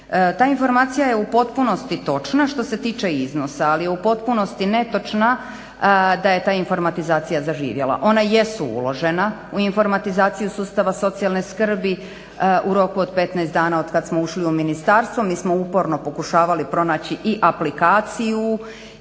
Ta informacija je u potpunosti točna što se tiče iznosa. Ali je u potpunosti netočna da je ta informatizacija zaživjela. Ona jesu uložena u informatizaciju sustava socijalne skrbi. U roku od 15 dana od kad smo ušli u ministarstvo mi smo uporno pokušavali pronaći i aplikaciju